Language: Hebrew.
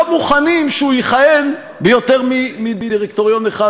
מוכנים שהוא יכהן ביותר מדירקטוריון אחד,